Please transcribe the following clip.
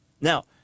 Now